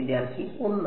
വിദ്യാർത്ഥി 1